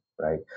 right